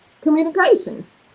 communications